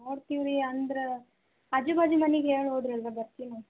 ನೋಡ್ತೀವಿ ರೀ ಅಂದ್ರ ಆಜು ಬಾಜು ಮನಿಗೆ ನೋಡ್ರಿ ಬರ್ತಿನ